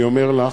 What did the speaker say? אני אומר לך,